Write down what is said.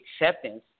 acceptance